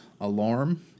alarm